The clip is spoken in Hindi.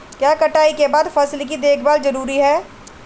क्या कटाई के बाद फसल की देखभाल जरूरी है?